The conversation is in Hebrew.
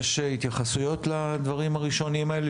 יש התייחסויות לדברים הראשוניים האלה,